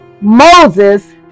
Moses